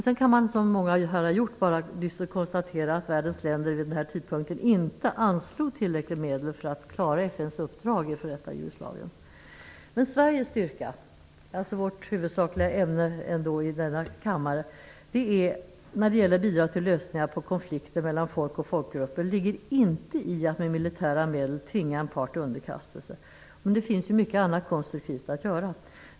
Sedan kan man, som många här har gjort, bara dystert konstatera att världens länder vid den här tidpunkten inte anslog tillräckliga medel för att klara Sveriges styrka när det gäller att bidra till lösningen på konflikter mellan folk och folkgrupper ligger inte i att med militära medel tvinga en part till underkastelse. Det finns mycket annat konstruktivt att göra.